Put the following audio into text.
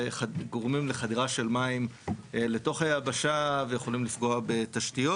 וגורמים לחדירה של מים לתוך היבשה ויכולים לפגוע בתשתיות.